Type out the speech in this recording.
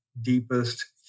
deepest